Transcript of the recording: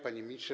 Panie Ministrze!